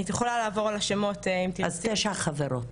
את יכולה לעבור על השמות --- אז תשע חברות.